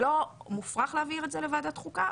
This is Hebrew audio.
זה לא מופרך להעביר את זה לוועדת החוקה,